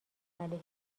علیه